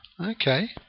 okay